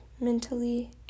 mentally